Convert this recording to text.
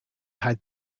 had